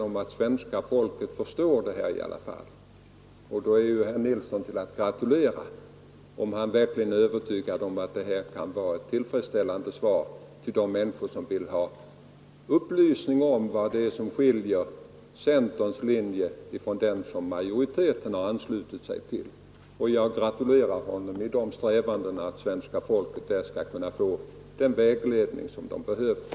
Om herr Nilsson verkligen är övertygad om att den ger ett tillfredsställande svar till de människor som vill ha upplysning om vad det är som skiljer centerns linje från den som majoriteten anslutit sig till, då är herr Nilsson att gratulera.